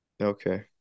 Okay